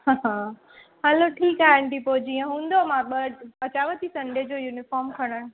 हलो ठीकु आहे आंटी पोइ जीअं हूंदो मां ॿ अचांव थी संडे जो युनिफॉम खणणु